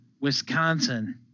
wisconsin